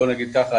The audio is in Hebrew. בוא נגיד ככה,